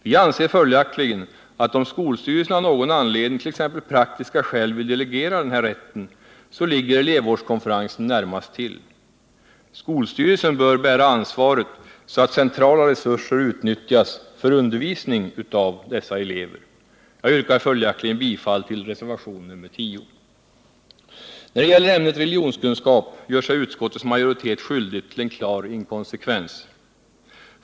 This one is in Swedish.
Vi anser följaktligen att om skolstyrelsen av någon anledning, t.ex. praktiska skäl, vill delegera denna rätt, så ligger elevvårdskonferensen närmast till. Skolstyrelsen bör bära ansvaret, så att centrala resurser utnyttjas för undervisning av dessa elever. Jag yrkar följaktligen bifall till reservationen 10. När det gäller ämnet religionskunskap gör sig utskottets majoritet skyldig till en klar inkonsekvens.